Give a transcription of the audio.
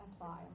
apply